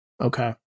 Okay